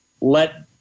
let